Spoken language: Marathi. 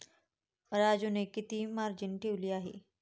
राजूने किती मार्जिन ठेवले आहे?